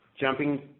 Jumping